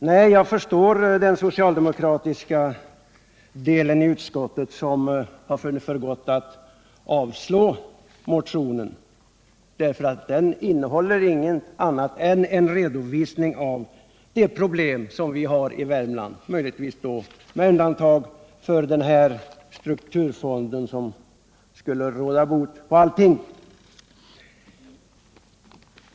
Nej, jag förstår att den socialdemokratiska delen i utskottet har funnit för gott att avstyrka motionen därför att den inte innehåller något annat än en redovisning av de problem som vi har i Värmland, möjligtvis med undantag för förslaget om en strukturfond, som skulle råda bot på allting.